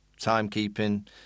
timekeeping